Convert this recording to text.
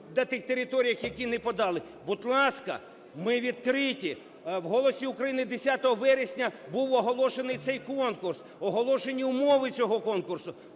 до тих територій, які не подали. Будь ласка, ми відкриті. В "Голосі України" 10 вересня був оголошений цей конкурс, оголошені умови цього конкурсу.